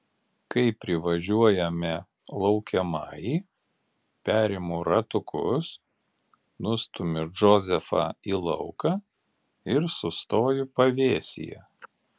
kai privažiuojame laukiamąjį perimu ratukus nustumiu džozefą į lauką ir sustoju pavėsyje